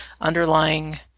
underlying